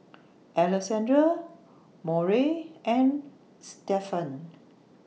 Alexandra Murry and Stephan